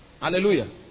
Hallelujah